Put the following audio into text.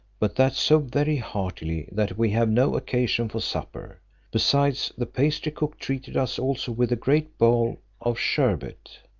but that so very heartily, that we have no occasion for supper besides, the pastry-cook treated us also with a great bowl of sherbet.